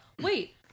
Wait